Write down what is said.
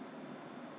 so